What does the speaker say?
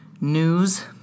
news